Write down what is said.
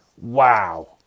wow